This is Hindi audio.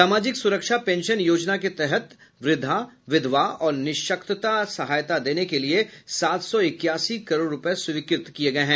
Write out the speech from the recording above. सामाजिक सुरक्षा पेंशन योजना के तहत वृद्धा विधवा और निःशक्तता सहायता देने के लिये सात सौ इक्यासी करोड़ रूपये स्वीकृत किया है